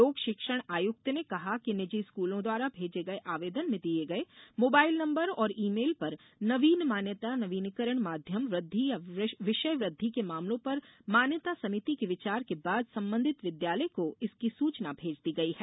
लोक शिक्षण आयुक्त ने कहा है कि निजी स्कूलों द्वारा भेजे गये आवेदन में दिये गये मोबाइल नम्बर और ई मेल पर नवीन मान्यता नवीनीकरण माध्यम वृद्धि या विषय वृद्धि के मामलों पर मान्यता समिति के विचार के बाद संबंधित विद्यालय को इसकी सूचना भेज दी गई है